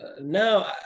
no